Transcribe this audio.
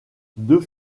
deux